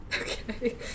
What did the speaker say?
Okay